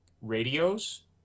radios